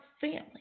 family